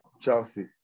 Chelsea